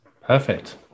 Perfect